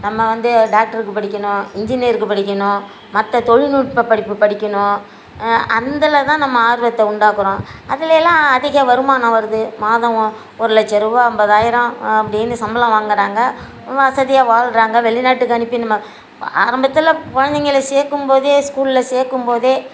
நம்ம வந்து டாக்டருக்கு படிக்கணும் இன்ஜினியருக்கு படிக்கணும் மற்ற தொழில்நுட்ப படிப்பு படிக்கணும் அந்துதில் தான் நம்ம ஆர்வத்தை உண்டாக்கிறோம் அதுலெலாம் அதிக வருமானம் வருது மாதம் ஓ ஒரு லட்சம் ரூபா ஐம்பதாயிரம் அப்படின்னு சம்பளம் வாங்கிறாங்க வசதியாக வாழ்கிறாங்க வெளிநாட்டுக்கு அனுப்பி நம்ம ஆரம்பத்தில் குழந்தைங்கள சேர்க்கும்போதே ஸ்கூலில் சேர்க்கும்போதே